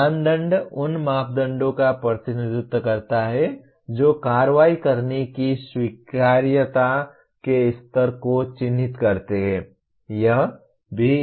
मानदंड उन मापदंडों का प्रतिनिधित्व करता है जो कार्रवाई करने की स्वीकार्यता के स्तर को चिह्नित करते हैं